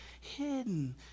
hidden